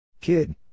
Kid